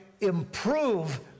improve